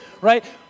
right